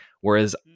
Whereas